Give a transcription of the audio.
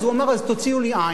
ואז הוא אמר: אז תוציאו לי עין.